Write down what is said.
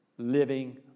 living